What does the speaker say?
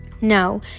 no